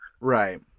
Right